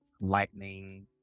lightning